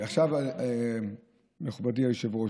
מכובדי היושב-ראש,